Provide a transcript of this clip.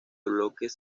bloques